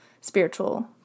spiritual